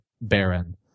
Baron